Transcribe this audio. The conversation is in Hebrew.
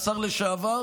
השר לשעבר,